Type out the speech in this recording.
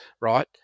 right